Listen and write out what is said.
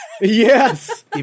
Yes